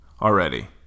already